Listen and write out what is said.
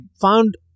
found